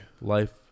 Life